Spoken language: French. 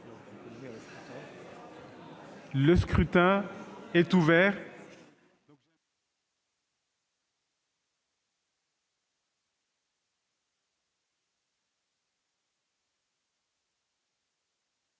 Le scrutin est ouvert.